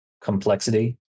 complexity